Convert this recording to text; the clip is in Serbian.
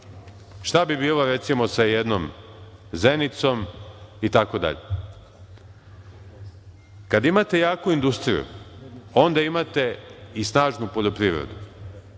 Šta bi bilo recimo sa jednom Zenicom itd.?Kada imate jaku industriju, onda imate i snažnu poljoprivredu.